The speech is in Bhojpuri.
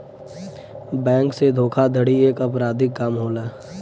बैंक से धोखाधड़ी एक अपराधिक काम होला